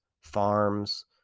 farms